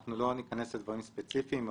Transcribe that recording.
אנחנו לא ניכנס לדברים ספציפיים,